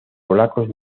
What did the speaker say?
polacos